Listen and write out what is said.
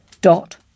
dot